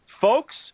Folks